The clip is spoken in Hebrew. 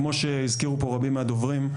כמו שהזכירו פה רבים מהדוברים,